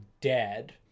dead